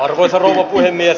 arvoisa puhemies